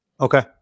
Okay